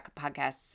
podcast's